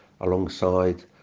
alongside